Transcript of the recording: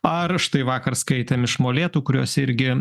ar štai vakar skaitėm iš molėtų kuriuos irgi